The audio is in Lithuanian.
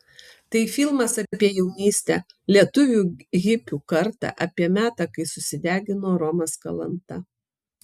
tai filmas apie jaunystę lietuvių hipių kartą apie metą kai susidegino romas kalanta